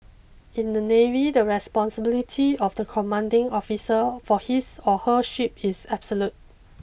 in the navy the responsibility of the commanding officer for his or her ship is absolute